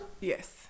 Yes